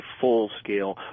full-scale